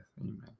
Amen